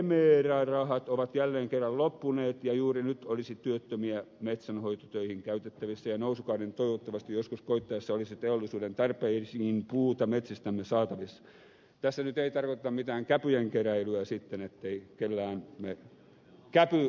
kemera rahat ovat jälleen kerran loppuneet ja juuri nyt olisi työttömiä metsänhoitotöihin käytettävissä ja nousukauden toivottavasti joskus koittaessa olisi teollisuuden tarpeisiin puuta metsistämme saatavissa tässä nyt ei tarkoiteta mitään käpyjen keräilyä sitten ettei kellään mene käpy väärään nenään